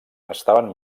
estaven